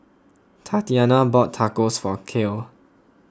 Tatyana bought Tacos for Cale